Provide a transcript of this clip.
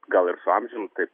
gal ir su amžium taip